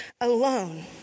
alone